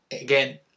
again